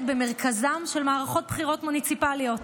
במרכזן של מערכות בחירות מוניציפליות: